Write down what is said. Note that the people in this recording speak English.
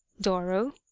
Doro